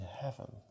heaven